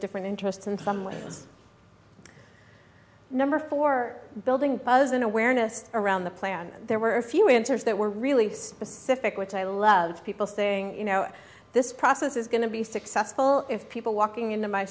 different interests and someone's number for building buzz and awareness around the planet there were a few winters that were really specific which i love people saying you know this process is going to be successful if people walking into my